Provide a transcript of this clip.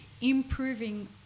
improving